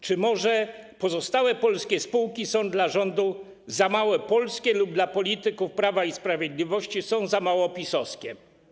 Czy może pozostałe polskie spółki są dla rządu za mało polskie lub dla polityków Prawa i Sprawiedliwości są za mało PiS-owskie?